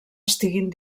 estiguin